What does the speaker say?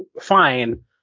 fine